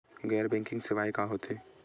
गैर बैंकिंग सेवाएं का होथे?